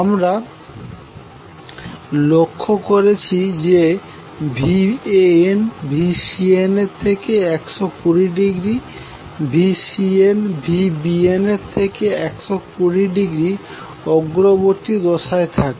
আমরা লক্ষ্য করেছি যে VanVcnএর থেকে120° এবংVcn Vbnএর থেকে120° অগ্রবর্তী দশায় থাকে